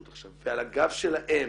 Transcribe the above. עכשיו ועל הגב שלהם